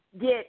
get